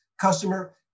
customer